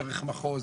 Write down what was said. דרך מחוז,